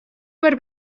per